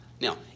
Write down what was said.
Now